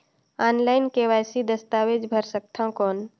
Online KYC दस्तावेज भर सकथन कौन?